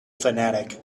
fanatic